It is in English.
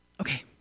Okay